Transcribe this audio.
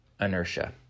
inertia